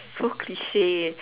so cliche